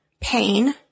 pain